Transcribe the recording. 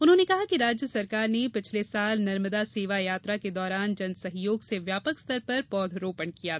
उन्होंने कहा कि राज्य सरकार ने पिछले वर्ष नर्मदा सेवा यात्रा के दौरान जन सहयोग से व्यापक स्तर पर पौध रोपण किया गया